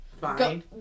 Fine